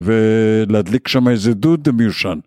ולהדליק שם איזה דוד מיושן